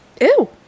Ew